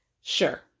sure